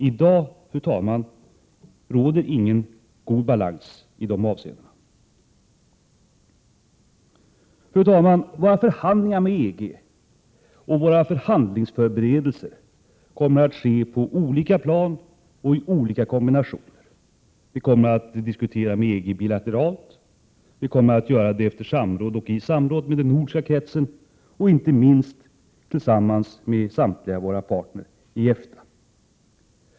I dag, fru talman, råder ingen god balans i de avseendena. Fru talman! Våra förhandlingar med EG och våra förhandlingsförberedelser kommer att ske på olika plan och i olika kombinationer. Vi kommer att diskutera med EG bilateralt, och vi kommer att göra det efter samråd och i samråd med den nordiska kretsen och inte minst tillsammans med samtliga våra partner i EFTA.